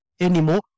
anymore